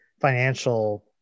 financial